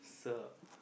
so